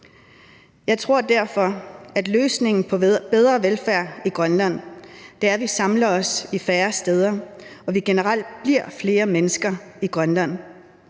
Jeg tror derfor, at løsningen på bedre velfærd i Grønland er, at vi samler os på færre steder, og at vi generelt bliver flere mennesker i Grønland.